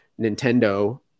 Nintendo